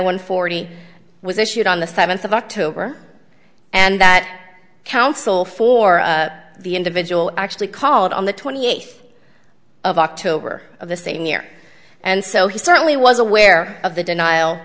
one forty was issued on the seventh of october and that counsel for the individual actually called on the twenty eighth of october of the same year and so he certainly was aware of the denial